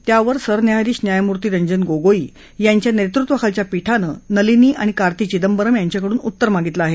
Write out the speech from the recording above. त्यावर सरन्यायाधीश न्यायमूर्ती रंजन गोगोई यांच्या नेतृत्वाखालच्या पीठानं नलिनी आणि कार्ती चिदंबरम यांच्याकडून उत्तर मागितलं आहे